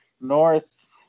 North